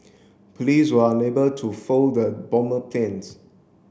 police were unable to fold the bomber plans